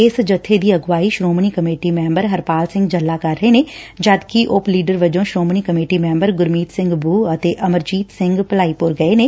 ਇਸ ਜੱਬੇ ਦੀ ਅਗਵਾਈ ਸ੍ਰੋਮਣੀ ਕਮੇਟੀ ਮੈਬਰ ਹਰਪਾਲ ਸਿੰਘ ਜੱਲਾ ਕਰ ਰਹੇ ਨੇ ਜਦਕਿ ਉਪ ਲੀਡਰ ਵਜੋ ਸ੍ਰੋਮਣੀ ਕਮੇਟੀ ਮੈਬਰ ਗੁਰਮੀਤ ਸਿੰਘ ਬੂਹ ਅਤੇ ਅਮਰਜੀਤ ਸਿੰਘ ਭਲਾਈਪੁਰ ਗਏ ਨੇ